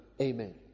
amen